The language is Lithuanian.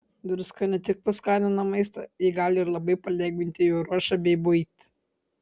druska ne tik paskanina maistą ji gali ir labai palengvinti jo ruošą bei buitį